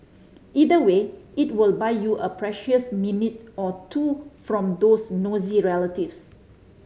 either way it will buy you a precious minute or two from those nosy relatives